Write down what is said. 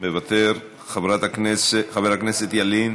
מוותר, חבר הכנסת ילין,